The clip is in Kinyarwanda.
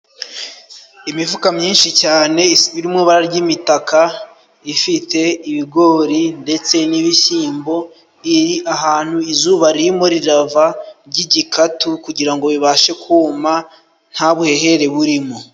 Imifuka myinshi cyane isa iri mu bara ry'imitaka, ifite ibigori ndetse n'ibishyimbo. Iri ahantu izuba ririmo rirava ry'igikatu kugira ngo bibashe kuma nta buhehere burimo.